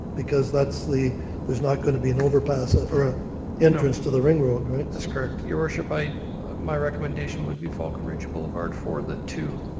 because that's the there's not going to be an overpass ah or an entrance to the ring road. that's correct. your worship, my recommendation would be falcon ridge boulevard for the two.